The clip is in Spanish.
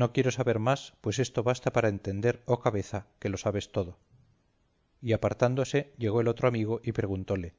no quiero saber más pues esto basta para entender oh cabeza que lo sabes todo y apartándose llegó el otro amigo y preguntóle